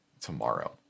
tomorrow